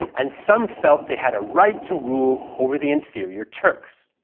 and some felt they had a right to rule over the inferior turks.